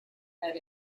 that